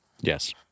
Yes